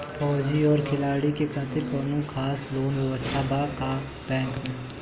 फौजी और खिलाड़ी के खातिर कौनो खास लोन व्यवस्था बा का बैंक में?